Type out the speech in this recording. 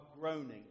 groaning